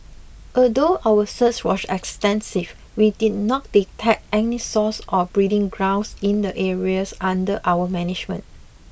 although our search was extensive we did not detect any source or breeding grounds in the areas under our management